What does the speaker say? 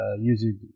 using